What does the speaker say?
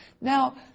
Now